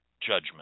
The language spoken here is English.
judgment